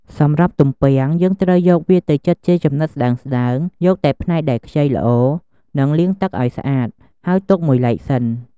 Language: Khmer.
សម្រាប់់ទំពាំង យើងត្រូវយកវាទៅចិតជាចំណិតស្ដើងៗ យកតែផ្នែកដែលខ្ចីល្អ និងលាងទឹកឱ្យស្អាត ហើយទុកមួយឡែកសិន។